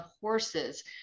horses